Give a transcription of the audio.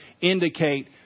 indicate